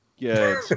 Good